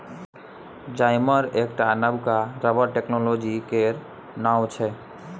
जाइमर एकटा नबका रबर टेक्नोलॉजी केर नाओ छै